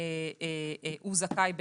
ולכן הוא זכאי,